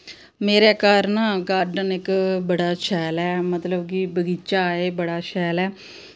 मेरै घर ना गार्डन इक बड़ा शैल ऐ मतलब कि बगीचा ऐ बड़ा शैल ऐ